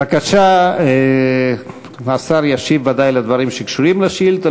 בבקשה, השר ישיב ודאי על דברים שקשורים לשאילתה.